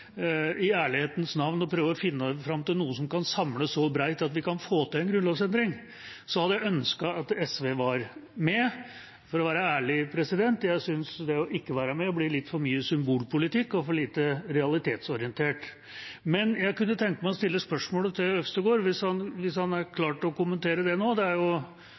å finne fram til noe som kan samle så bredt at vi kan få til en grunnlovsendring, hadde jeg ønsket at SV var med. For å være ærlig: Jeg synes at det å ikke være med blir litt for mye symbolpolitikk og for lite realitetsorientert. Men jeg kunne tenke meg å stille et spørsmål til Øvstegård, hvis han er klar til å kommentere det nå. Det er